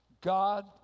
God